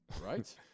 Right